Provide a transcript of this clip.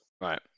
Right